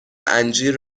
انجیر